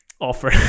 offer